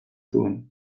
zeuden